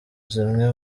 zimwe